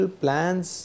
plans